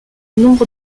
nombre